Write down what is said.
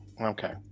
Okay